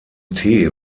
tee